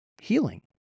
healing